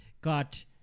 got